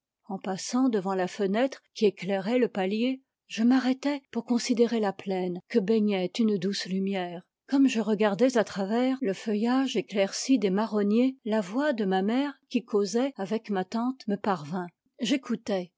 en passant devant la fenêtre qui éclairait le palier je m'arrêtai pour considérer la plaine que baignait une douce lumière gomme je regardais à travers le feuillage éclairci des marronniers la voix de ma mè re qui causait avec ma tante me parvint j'écoutai